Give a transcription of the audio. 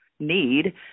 need